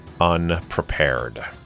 unprepared